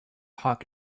hoc